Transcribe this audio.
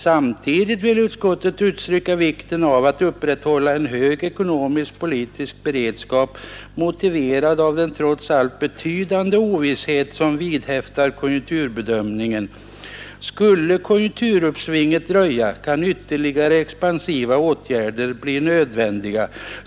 Samtidigt vill utskottet understryka vikten av att upprätthålla en hög ekonomisk-politisk beredskap, motiverad av den trots allt betydande ovisshet som vidhäftar konjunkturbedömningen. —— Skulle konjunkturuppsvinget dröja kan ytterligare expansiva åtgärder bli nödvändiga.